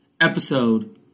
Episode